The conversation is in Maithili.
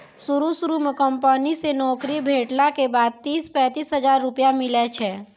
शुरू शुरू म कंपनी से नौकरी भेटला के बाद तीस पैंतीस हजार रुपिया मिलै छै